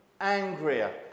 angrier